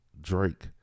Drake